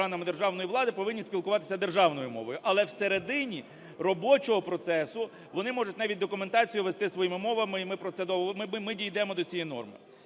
державної влади повинні спілкуватися державною мовою, але всередині робочого процесу вони можуть навіть документацію вести своїми мовами, і ми про це… Ми дійдемо до цієї норми.